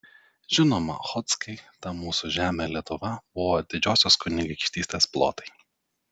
žinoma chodzkai ta mūsų žemė lietuva buvo didžiosios kunigaikštystės plotai